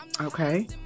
okay